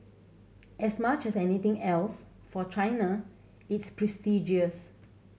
as much as anything else for China it's prestigious